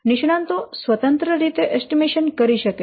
નિષ્ણાંતો સ્વતંત્ર રીતે એસ્ટીમેશન કરી શકે છે